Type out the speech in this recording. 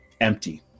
empty